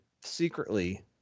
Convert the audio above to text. secretly